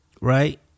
Right